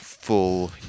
Full